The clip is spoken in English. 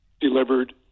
delivered